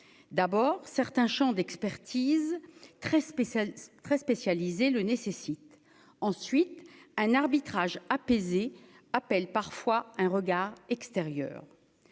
d'abord certains champs d'expertise très très spécialisés, le nécessitent ensuite un arbitrage apaisé appelle parfois un regard extérieur,